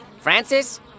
Francis